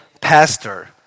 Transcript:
pastor